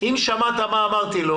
לא מקבלים.